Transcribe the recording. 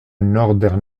northern